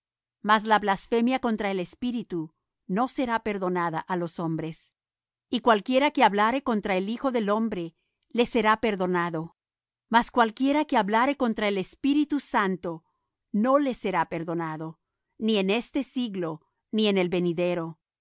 mas la blasfemia contra el espíritu no será perdonada á los hombres y cualquiera que hablare contra el hijo del hombre le será perdonado mas cualquiera que hablare contra el espíritu santo no le será perdonado ni en este siglo ni en el venidero